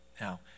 Now